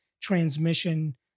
transmission